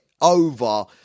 over